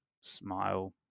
smile